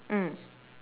mm